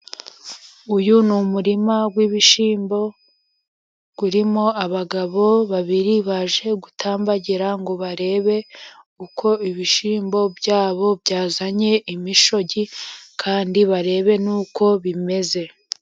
Uyu ni umurima wi'ibishyimbo, urimo abagabo babiri baje gutambagira, ngo barebe uko ibishyimbo byabo byazanye imishogi, kandi barebe n'uko bimeze.